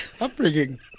upbringing